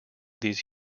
these